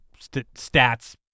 stats